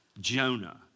Jonah